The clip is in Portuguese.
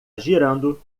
girando